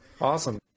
Awesome